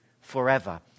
forever